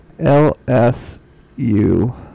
LSU